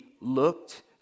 looked